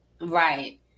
Right